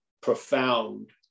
profound